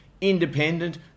independent